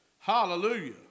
hallelujah